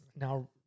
now